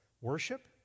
worship